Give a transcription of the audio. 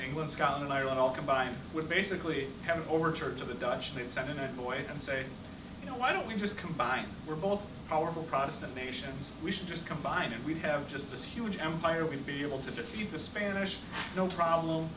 england scotland and ireland all combined would basically have an overture to the dutch they sent an envoy and say you know why don't we just combine we're both powerful protestant nations we should just combine and we have just this huge empire we'd be able to defeat the spanish no problem